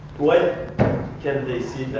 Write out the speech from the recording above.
why can't they see that?